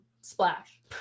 splash